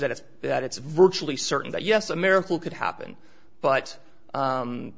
it's that it's virtually certain that yes a miracle could happen but